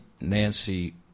Nancy